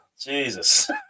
Jesus